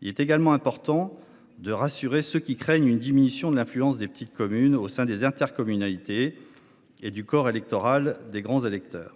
Il est également important de rassurer ceux qui craignent une diminution de l’influence des petites communes au sein des intercommunalités et du corps électoral des grands électeurs.